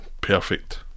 perfect